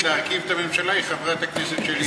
להרכיב את הממשלה היא חברת הכנסת שלי,